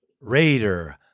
Raider